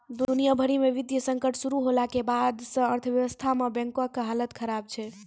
दुनिया भरि मे वित्तीय संकट शुरू होला के बाद से अर्थव्यवस्था मे बैंको के हालत खराब छै